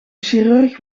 chirurg